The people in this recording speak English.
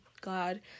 God